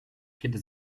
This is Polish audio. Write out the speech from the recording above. kiedy